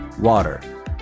Water